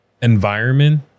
environment